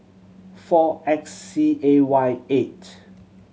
four X C A Y eight